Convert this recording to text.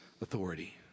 authority